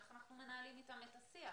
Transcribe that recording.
איך אנחנו מנהלים איתם את השיח,